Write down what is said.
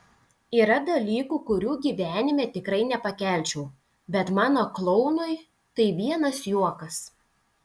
yra dalykų kurių gyvenime tikrai nepakelčiau bet mano klounui tai vienas juokas